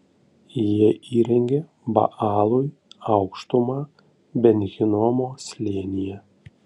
jie įrengė baalui aukštumą ben hinomo slėnyje